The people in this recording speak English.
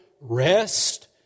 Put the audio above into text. rest